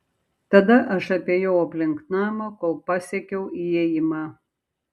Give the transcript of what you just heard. tada aš apėjau aplink namą kol pasiekiau įėjimą